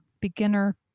beginner